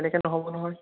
এনেকে নহ'ব নহয়